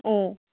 ꯎꯝ